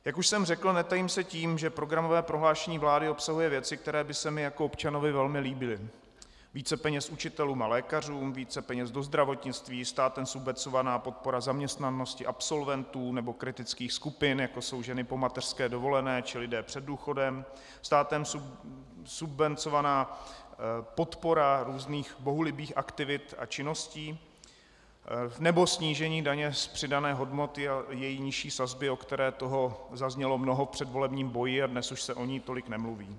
Jak už jsem řekl, netajím se tím, že programové prohlášení vlády obsahuje věci, které by se mi jako občanovi velmi líbily: více peněz učitelům a lékařům, více peněz do zdravotnictví, státem subvencovaná podpora zaměstnanosti absolventů nebo kritických skupin, jako jsou ženy po mateřské dovolené či lidé před důchodem, státem subvencovaná podpora různých bohulibých aktivit a činností nebo snížení daně z přidané hodnoty, její nižší sazby, o které toho zaznělo mnoho v předvolebním boji a dnes už se o ní tolik nemluví.